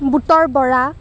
বুটৰ বৰা